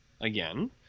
Again